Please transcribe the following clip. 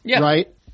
Right